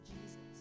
Jesus